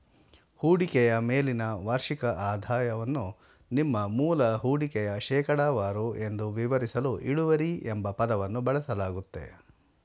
ಹೂಡಿಕೆಯ ಮೇಲಿನ ವಾರ್ಷಿಕ ಆದಾಯವನ್ನು ನಿಮ್ಮ ಮೂಲ ಹೂಡಿಕೆಯ ಶೇಕಡವಾರು ಎಂದು ವಿವರಿಸಲು ಇಳುವರಿ ಎಂಬ ಪದವನ್ನು ಬಳಸಲಾಗುತ್ತೆ